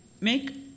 Make